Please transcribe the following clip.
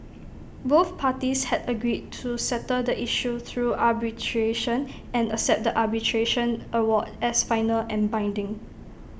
both parties had agreed to settle the issue through arbitration and accept the arbitration award as final and binding